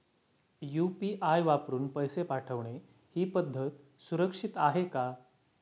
UPI वापरून पैसे पाठवणे ही पद्धत सुरक्षित आहे का?